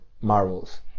marvels